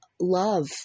love